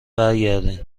برگردین